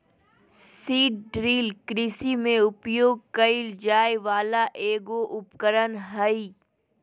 seed drill कृषि में उपयोग कइल जाय वला एगो उपकरण हइ